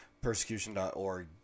Persecution.org